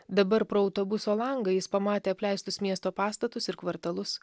dabar pro autobuso langą jis pamatė apleistus miesto pastatus ir kvartalus